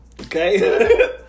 Okay